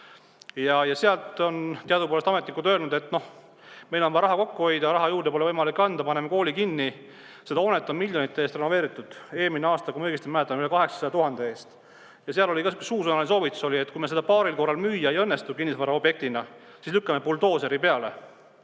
kohta on teadupoolest ametnikud öelnud, et meil on vaja raha kokku hoida, raha juurde pole võimalik anda, paneme kooli kinni. Seda hoonet on miljonite eest renoveeritud, eelmine aasta, kui ma õigesti mäletan, üle 800 000 eest. Ja seal oli suusõnaline soovitus, et kui meil seda paaril korral müüa ei õnnestu kinnisvaraobjektina, siis lükkame buldooseri peale.